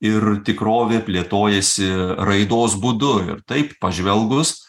ir tikrovė plėtojasi raidos būdu ir taip pažvelgus